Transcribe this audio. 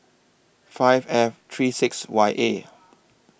five F three six Y A